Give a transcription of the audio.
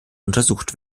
untersucht